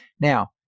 now